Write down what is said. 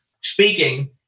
speaking